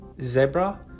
zebra